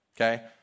Okay